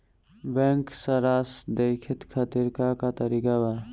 Bank सराश देखे खातिर का का तरीका बा?